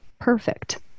perfect